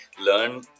learn